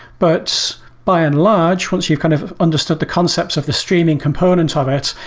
but by and large, once you've kind of understood the concepts of the streaming components of it,